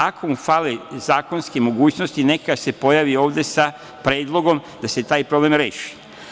Ako mu fale zakonske mogućnosti, neka se pojavi ovde sa predlogom da se taj problem reši.